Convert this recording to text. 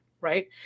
right